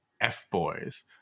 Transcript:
F-boys